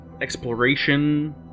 exploration